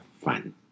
fun